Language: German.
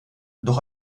doch